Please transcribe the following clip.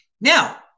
now